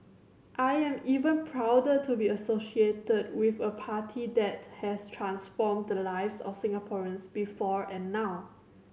I am even prouder to be associated with a party that has transformed the lives of Singaporeans before and now